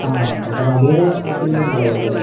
ആ അപ്പം അത് വരെ ബാക്കി ഉള്ളവർ ഉണ്ടാവുമല്ലോ അല്ലേ